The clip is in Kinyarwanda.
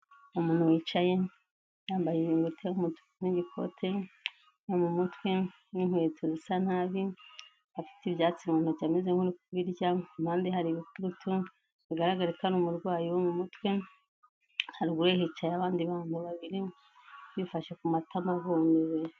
Umuntu wicaye, yambaye inkweto y'umumutuku n'igikote, no mu mutwe, n'inkweto zisa nabi ,afite ibyatsi mu ntoki ameze nkuri kubirya, impande hari ibitutu bigaragarara ko nari umurwayi wo mu mutwe haruguru ye hicaye abandi banttu babiri bifashe ku matama bumiwe.